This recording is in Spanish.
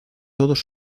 todos